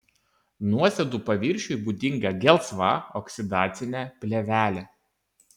nuosėdų paviršiui būdinga gelsva oksidacinė plėvelė